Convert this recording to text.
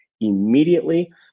immediately